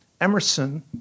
Emerson